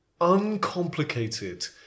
uncomplicated